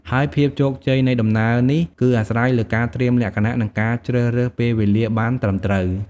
ហើយភាពជោគជ័យនៃដំណើរនេះគឺអាស្រ័យលើការត្រៀមលក្ខណៈ និងការជ្រើសរើសពេលវេលាបានត្រឹមត្រូវ។